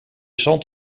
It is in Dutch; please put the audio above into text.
zand